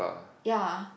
ya